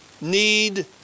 need